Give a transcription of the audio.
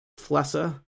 Flesa